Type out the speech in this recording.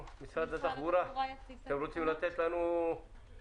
משרד התחבורה, אתם רוצים לתת לנו רקע?